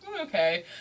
okay